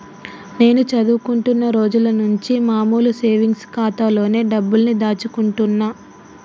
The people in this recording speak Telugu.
నేను చదువుకుంటున్న రోజులనుంచి మామూలు సేవింగ్స్ ఖాతాలోనే డబ్బుల్ని దాచుకుంటున్నా